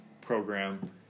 program